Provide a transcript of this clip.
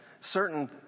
certain